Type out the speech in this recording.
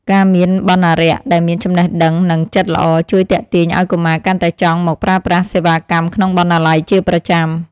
ការមានបណ្ណារក្សដែលមានចំណេះដឹងនិងចិត្តល្អ ជួយទាក់ទាញឱ្យកុមារកាន់តែចង់មកប្រើប្រាស់សេវាកម្មក្នុងបណ្ណាល័យជាប្រចាំ។